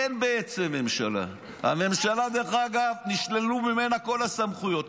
אין בעצם ממשלה, הממשלה, נשללו ממנה כל הסמכויות.